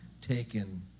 taken